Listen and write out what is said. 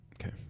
Okay